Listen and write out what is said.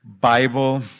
Bible